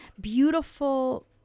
beautiful